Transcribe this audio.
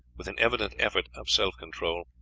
with an evident effort of self control,